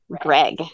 Greg